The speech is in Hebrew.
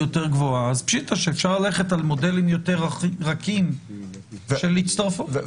יותר גבוהה אז פשיטא שאפשר ללכת על מודלים יותר רכים של הצטרפות,